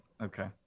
Okay